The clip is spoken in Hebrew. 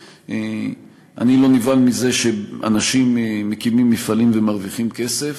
אני לא נבהל מזה שאנשים מקימים מפעלים ומרוויחים כסף,